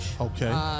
Okay